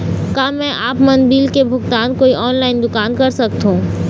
का मैं आपमन बिल के भुगतान कोई ऑनलाइन दुकान कर सकथों?